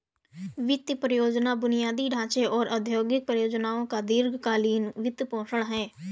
वित्त परियोजना बुनियादी ढांचे और औद्योगिक परियोजनाओं का दीर्घ कालींन वित्तपोषण है